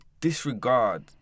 disregard